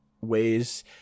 ways